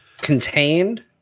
contained